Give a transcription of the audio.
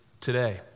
today